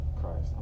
Christ